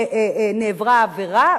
שנעברה העבירה,